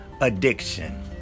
addiction